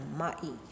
mai